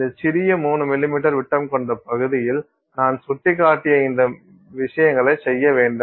இந்த சிறிய 3 மில்லிமீட்டர் விட்டம் கொண்ட பகுதியில் நான் சுட்டிக்காட்டிய இந்த விஷயங்களை செய்ய வேண்டும்